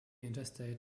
interstate